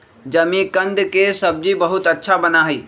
जिमीकंद के सब्जी बहुत अच्छा बना हई